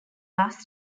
last